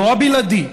לא הבלעדי,